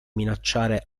minacciare